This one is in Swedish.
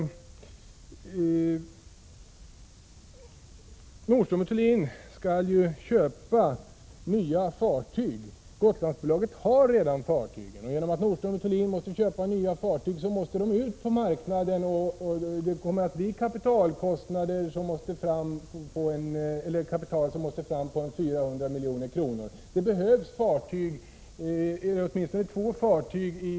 Nordström & Thulin skall ju köpa nya fartyg. Gotlandsbolaget har redan fartyg. Det behövs åtminstone två fartyg av samma storlek som det fartyg som nu går under namnet M/S Visby. Det behövs som sagt två sådana fartyg.